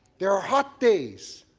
there are hot days,